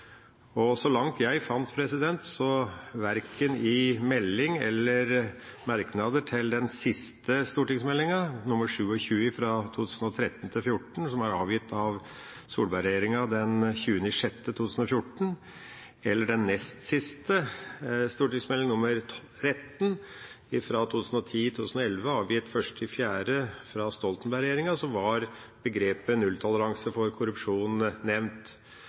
korrupsjon. Så langt jeg fant, er det slik at verken i meldinga eller i merknader til den siste stortingsmeldinga, Meld. St. 27 for 2013–2014, som er avgitt av Solberg-regjeringa den 20. juni 2014, eller den nest siste, Meld. St. 13 for 2010–2011, avgitt den 1. april 2011, fra Stoltenberg-regjeringa, var begrepet nulltoleranse for korrupsjon nevnt.